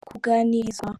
kuganirizwa